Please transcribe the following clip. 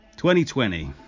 2020